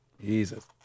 Jesus